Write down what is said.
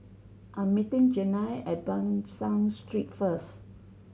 I'm meeting Janelle at Ban San Street first